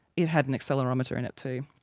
it had an accelerometer in it too.